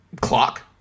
clock